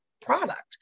product